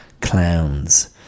clowns